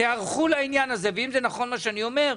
תערכו לעניין הזה, ואם זה נכון מה שאני אומר,